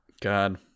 god